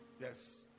Yes